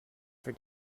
for